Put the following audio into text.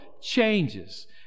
changes